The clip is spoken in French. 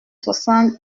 soixante